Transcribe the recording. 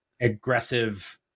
aggressive